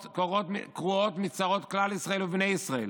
קרועות מצרות כלל ישראל ובני ישראל.